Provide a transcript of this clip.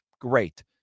Great